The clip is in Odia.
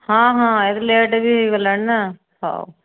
ହଁ ହଁ ଲେଟ ବି ହୋଇଗଲାଣି ନା ହଉ